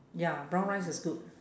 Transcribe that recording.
ya brown rice is good